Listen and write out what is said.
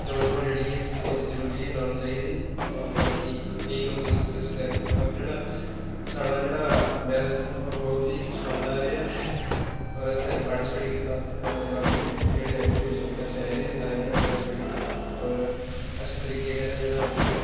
दौड़ शौड जेह्ड़ी ऐ ओह् ते जरूरी ऐ लानी चाहिदी होर बाकी इ'यै लोकें गी सुजैस्ट करने होर जेह्ड़ा साढ़ा जेह्ड़ा मैरेथन था बहुत ही शानदार रेहा होर असें पार्टीसपैट कीता उत्थैं होर बाकी जेह्ड़े अग्गू पिच्छूं दे बच्चे आए दे हे सारे उ'नें बी पार्टीसपैट कीता होर अच्छे तरीके कन्नै जेह्ड़ा उत्थै